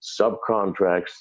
subcontracts